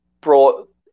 brought